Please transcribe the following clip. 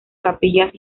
capillas